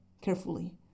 carefully